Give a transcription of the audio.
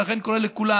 ולכן אני קורא לכולם,